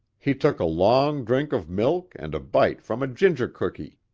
he took a long drink of milk and a bite from a ginger cookie.